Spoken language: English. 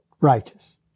righteous